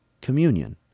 communion